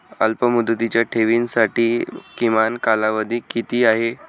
अल्पमुदतीच्या ठेवींसाठी किमान कालावधी किती आहे?